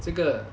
这个